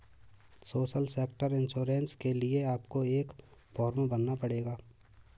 social sector insurance के लिए आपको एक फॉर्म भरना पड़ेगा